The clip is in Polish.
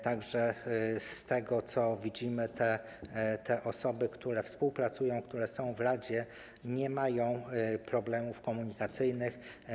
Tak że z tego, co widzimy, te osoby, które współpracują, które są w radzie, nie mają problemów komunikacyjnych.